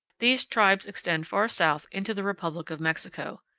these tribes extend far south into the republic of mexico.